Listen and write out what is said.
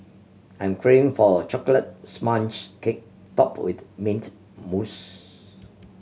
I am craving for a chocolate sponge cake topped with mint mousse